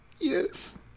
Yes